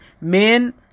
Men